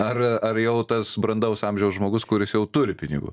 ar ar jau tas brandaus amžiaus žmogus kuris jau turi pinigų